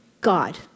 God